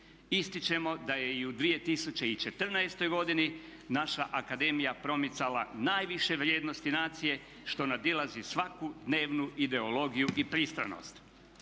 Ističemo da je i u 2014. godini naša akademija promicala najviše vrijednosti nacije što nadilazi svaku dnevnu ideologiju i pristranost.